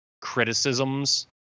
criticisms